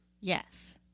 Yes